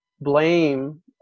blame